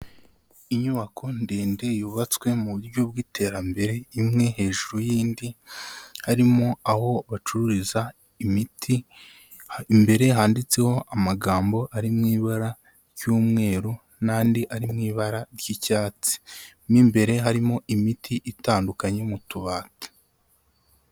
Inyubako ndende yubatswe mu buryo bw'iterambere imwe hejuru y'indi, harimo aho bacururiza imiti, imbere handitseho amagambo ari mu ibara ry'umweru, n'andi ari mu ibara ry'icyatsi, mo imbere harimo imiti itandukanye mu tubati.